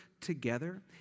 together